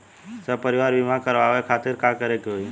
सपरिवार बीमा करवावे खातिर का करे के होई?